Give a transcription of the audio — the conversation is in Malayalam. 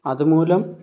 അതുമൂലം